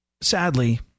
sadly